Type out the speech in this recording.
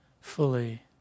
fully